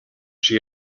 she